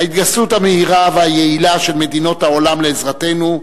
ההתגייסות המהירה והיעילה של מדינות העולם לעזרתנו,